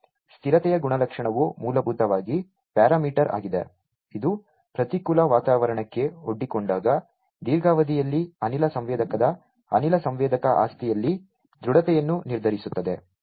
ಸ್ಥಿರತೆಯ ಗುಣಲಕ್ಷಣವು ಮೂಲಭೂತವಾಗಿ ಪ್ಯಾರಾಮೀಟರ್ ಆಗಿದೆ ಇದು ಪ್ರತಿಕೂಲ ವಾತಾವರಣಕ್ಕೆ ಒಡ್ಡಿಕೊಂಡಾಗ ದೀರ್ಘಾವಧಿಯಲ್ಲಿ ಅನಿಲ ಸಂವೇದಕದ ಅನಿಲ ಸಂವೇದಕ ಆಸ್ತಿಯಲ್ಲಿ ದೃಢತೆಯನ್ನು ನಿರ್ಧರಿಸುತ್ತದೆ